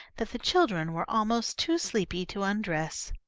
that the children were almost too sleepy to undress.